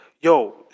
yo